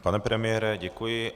Pane premiére, děkuji.